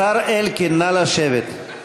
השר אלקין, נא לשבת.